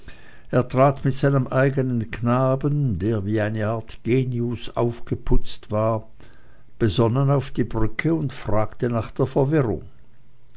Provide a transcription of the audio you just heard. er trat mit seinem eigenen knaben der wie eine art genius aufgeputzt war besonnen auf die brücke und fragte nach der verwirrung